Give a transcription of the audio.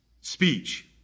speech